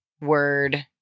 word